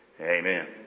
amen